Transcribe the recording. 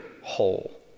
whole